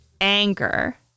anger